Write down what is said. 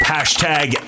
Hashtag